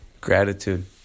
Gratitude